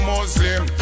Muslim